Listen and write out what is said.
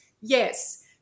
Yes